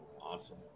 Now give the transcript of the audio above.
Awesome